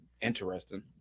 interesting